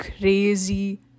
crazy